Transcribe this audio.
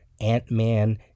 Ant-Man